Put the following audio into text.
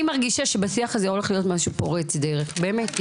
אני מרגיש שבשיח הזה הולך להיות משהו פורץ דרך באמת,